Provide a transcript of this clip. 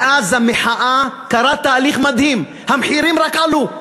מאז המחאה קרה תהליך מדהים: המחירים רק עלו.